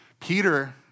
Peter